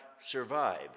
survive